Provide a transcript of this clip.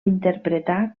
interpretà